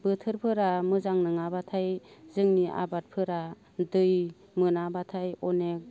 बोथोरफोरा मोजां नङाब्लाथाय जोंनि आबादफोरा दै मोनाब्लाथाय अनेख